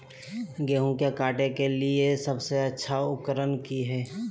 गेहूं के काटे के लिए सबसे अच्छा उकरन की है?